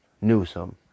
Newsom